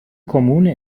kommune